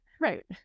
Right